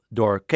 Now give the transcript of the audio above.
door